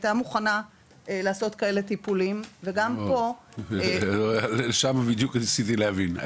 הייתה מוכנה לעשות כאלה טיפולים וגם פה --- שם בדיוק ניסיתי להבין.